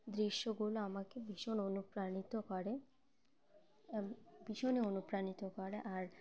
দৃশ্যগুলো আমাকে ভীষণ অনুপ্রাণিত করে ভীষণ অনুপ্রাণিত করে আর